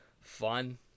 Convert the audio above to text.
fun